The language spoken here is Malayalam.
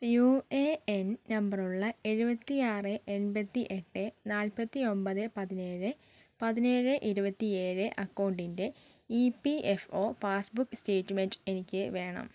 യുഎഎൻ നമ്പറുള്ള എഴുപത്തിയാറ് എൺപത്തി എട്ട് നാല്പത്തി ഒൻപത് പതിനേഴ് പതിനേഴ് ഇരുപത്തിയേഴ് അക്കൗണ്ടിൻ്റെ E P F O passbook statement എനിക്ക് വേണം